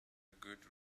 good